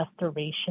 restoration